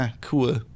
cool